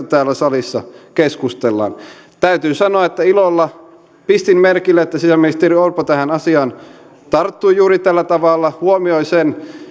täällä salissa keskustellaan täytyy sanoa että ilolla pistin merkille että sisäministeri orpo tähän asiaan tarttui juuri tällä tavalla huomioi sen